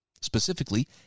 specifically